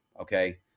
Okay